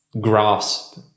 grasp